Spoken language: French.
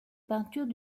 peintures